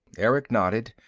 erick nodded.